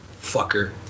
fucker